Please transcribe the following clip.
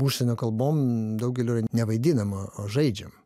užsienio kalbom daugeliu yra nevaidinama o žaidžiam